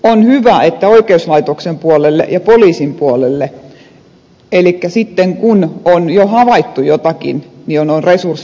on hyvä että oikeuslaitoksen puolelle ja poliisin puolelle eli kun on jo havaittu jotakin on resursseja lisätty